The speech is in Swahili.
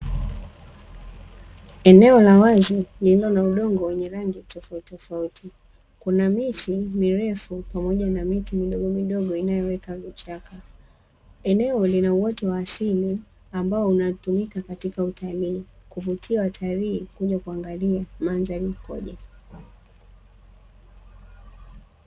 Eneo la wazi lililo na udongo wenye rangi tofautitofauti kuna miti mirefu pamoja na miti midogomidogo inayoweka vichaka, eneo lina uoto wa asili ambao unatumika katika utalii kuvutia watalii kuja kuangalia mandhari ikoje.